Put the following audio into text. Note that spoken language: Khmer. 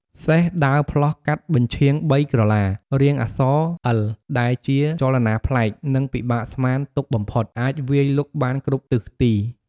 សេះ ដើរផ្លោះកាត់បញ្ឆៀងបីក្រឡា រាងអក្សរអិល ដែលជាចលនាប្លែក និងពិបាកស្មានទុកបំផុត អាចវាយលុកបានគ្រប់ទិសទី។